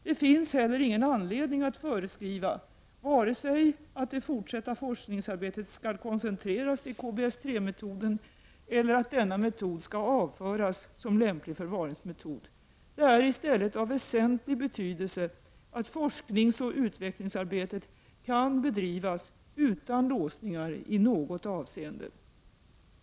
Det finns heller ingen anledning att föreskriva vare sig att det fortsatta forskningsarbetet skall koncentreras till KBS 3-metoden eller att denna metod skall avföras som lämplig förvaringsmetod. Det är i stället av väsentlig betydelse att forskningsoch utvecklingsarbetet kan bedrivas utan låsningar i något avseende.